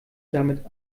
damit